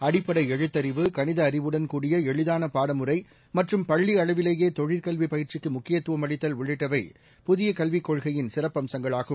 அடிப்படை எழுத்தறிவு கணித அறிவுடன் கூடிய எளிதான பாடமுறை மற்றும் பள்ளி அளவிலேயே தொழிற்கல்வி பயிற்சிக்கு முக்கியத்துவம் அளித்தல் உள்ளிட்டவை புதிய கல்விக் கொள்கையின் சிறப்பம்சங்கள் ஆகும்